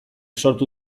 sortu